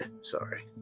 Sorry